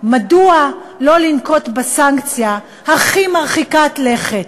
מדוע לא לנקוט את הסנקציה הכי מרחיקת לכת,